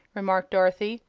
remarked dorothy,